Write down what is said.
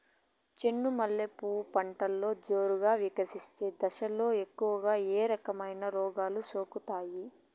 చెండు మల్లె పూలు పంటలో జోరుగా వికసించే దశలో ఎక్కువగా ఏ రకమైన రోగాలు సోకుతాయి?